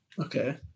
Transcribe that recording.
Okay